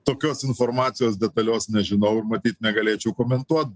tokios informacijos detalios nežinau ir matyt negalėčiau komentuot